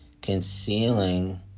Concealing